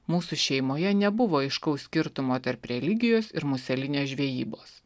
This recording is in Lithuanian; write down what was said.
mūsų šeimoje nebuvo aiškaus skirtumo tarp religijos ir muselinės žvejybos